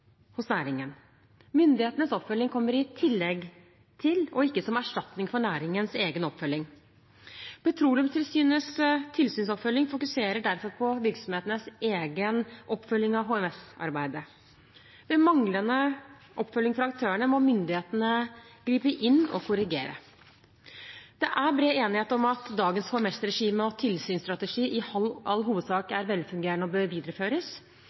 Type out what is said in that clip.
næringen. Myndighetenes oppfølging kommer i tillegg til, og ikke som erstatning for, næringens egen oppfølging. Petroleumstilsynets tilsynsoppfølging fokuserer derfor på virksomhetenes egen oppfølging av HMS-arbeidet. Ved manglende oppfølging fra aktørene må myndighetene gripe inn og korrigere. Det er bred enighet om at dagens HMS-regime og tilsynsstrategi i all hovedsak er velfungerende og bør videreføres.